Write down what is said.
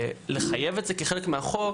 לחייב את זה כחלק מהחוק,